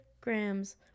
grams